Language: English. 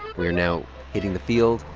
we are now hitting the field,